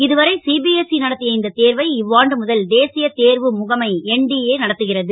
இதுவரை சிபிஎஸ்சி நடத் ய இந்த தேர்வை இ வாண்டு முதல் தேசிய தேர்வு முகமை என்டிஏ நடத்துகிறது